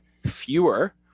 fewer